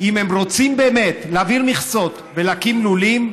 אם הם רוצים באמת להעביר מכסות ולהקים לולים,